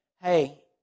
Hey